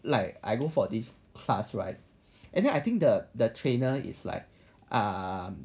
like I go for this class right and then I think the the trainer is like um